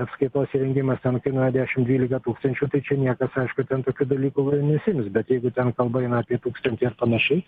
apskaitos įrengimas ten kainuoja dešim dvylika tūkstaičių tai čia niekas aišku ten tokių dalykų lai nesiims bet jeigu ten kalba eina apie tūkstantį ar panašiai